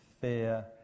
fear